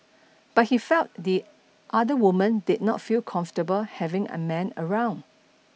but he felt the other woman did not feel comfortable having a man around